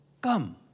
Come